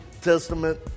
Testament